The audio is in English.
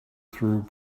through